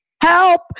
Help